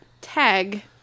Tag